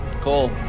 Cool